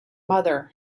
mother